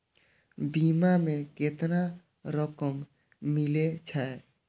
बीमा में केतना रकम मिले छै?